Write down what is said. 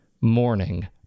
morning